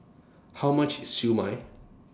How much IS Siew Mai